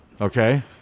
Okay